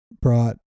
brought